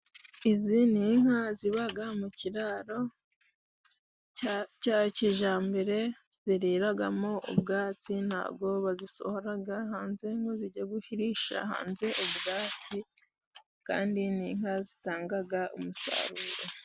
Izi n'inka zibaga mu kiraro cya cya kijambere ziriragamo ubwatsi, ntaho bazisohoraha hanze ngo zijye gushyirisha ubwatsi, kandi n'inka zitangaga umusaruro.